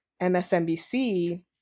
MSNBC